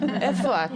נעשה,